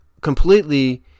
completely